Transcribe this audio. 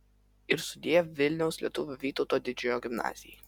ir sudiev vilniaus lietuvių vytauto didžiojo gimnazijai